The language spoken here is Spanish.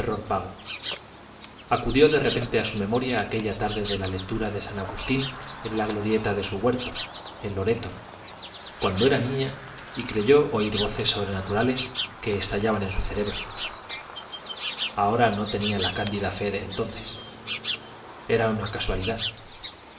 vago acudió de repente a su memoria aquella tarde de la lectura de san agustín en la glorieta de su huerto en loreto cuando era niña y creyó oír voces sobrenaturales que estallaban en su cerebro ahora no tenía la cándida fe de entonces era una casualidad